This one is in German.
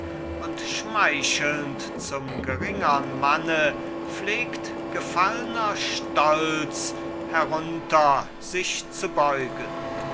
und schmeichelnd zum geringern manne pflegt gefallner stolz herunter sich zu beugen